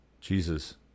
Jesus